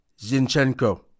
Zinchenko